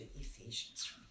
Ephesians